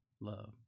Love